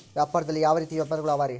ವ್ಯಾಪಾರದಲ್ಲಿ ಯಾವ ರೇತಿ ವ್ಯಾಪಾರಗಳು ಅವರಿ?